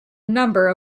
number